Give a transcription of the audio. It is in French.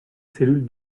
cellule